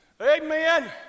amen